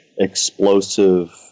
explosive